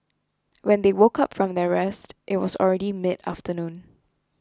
when they woke up from their rest it was already mid afternoon